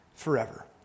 forever